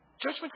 Judgment